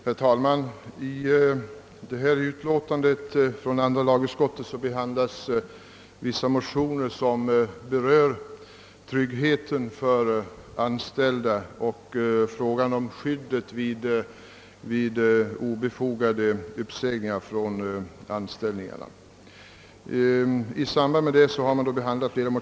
Herr talman! I förevarande utlåtande från andra lagutskottet behandlas några motioner som gäller tryggheten för anställda samt frågan om skyddet vid obefogad uppsägning från anställning.